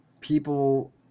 people